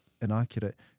inaccurate